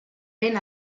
ben